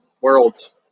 Worlds